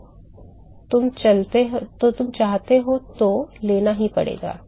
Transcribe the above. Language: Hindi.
तो तुम चाहते हो तो लेना ही पड़ेगा